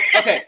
okay